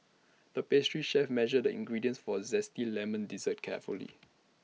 the pastry chef measured the ingredients for A Zesty Lemon Dessert carefully